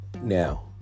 Now